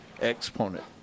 Exponent